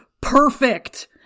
perfect